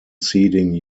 seeding